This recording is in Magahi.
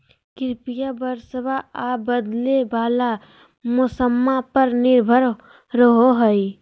कृषिया बरसाबा आ बदले वाला मौसम्मा पर निर्भर रहो हई